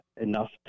enough